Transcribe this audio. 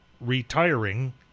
retiring